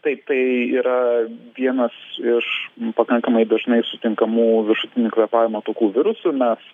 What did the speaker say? taip tai yra vienas iš pakankamai dažnai sutinkamų viršutinių kvėpavimo takų virusų mes